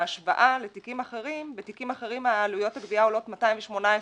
בהשוואה לתיקים אחרים בתיקים אחרים עלויות הגבייה עולות 218 שקלים.